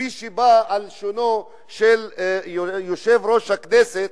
כפי שבא על לשונו של יושב-ראש הכנסת,